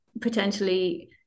potentially